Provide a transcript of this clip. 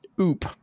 OOP